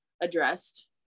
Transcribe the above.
addressed